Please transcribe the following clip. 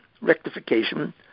rectification